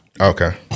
Okay